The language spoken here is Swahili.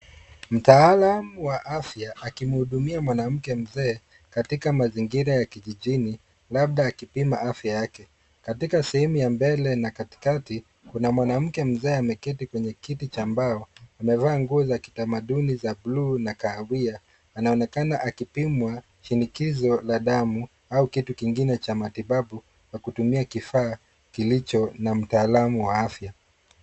Mtaalamu wa afya akimhudumia mwanamke mzee katika mazingira ya kijijini, labda akipima afya yake. Katika sehemu ya mbele na katikati, kuna mwanamke mzee ameketi kwenye kiti cha mbao, amevaa nguo za kitamaduni za blue na kahawia, anaonekana akipimwa shinikizo la damu au kitu kingine cha matibabu kwa kutumia kifaa kilicho na mtaalamu wa afya.